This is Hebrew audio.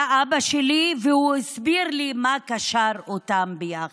והוא הסביר לי מה קשר אותם ביחד.